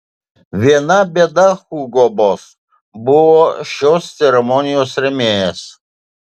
viena bėda hugo boss buvo šios ceremonijos rėmėjas